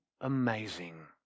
amazing